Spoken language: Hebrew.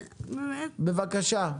בבקשה.